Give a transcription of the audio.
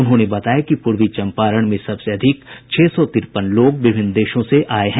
उन्होंने बताया कि पूर्वी चंपारण में सबसे अधिक छह सौ तिरपन लोग विभिन्न देशों से आये हैं